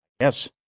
Yes